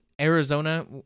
Arizona